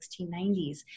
1690s